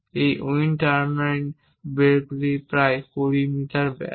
এই wind turbine ব্লেডগুলির প্রায় 20 মিটার ব্যাস